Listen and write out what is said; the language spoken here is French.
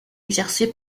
exercé